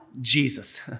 Jesus